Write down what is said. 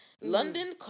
london